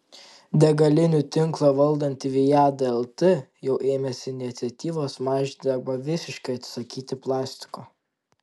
degalinių tinklą valdanti viada lt jau ėmėsi iniciatyvos mažinti arba visiškai atsisakyti plastiko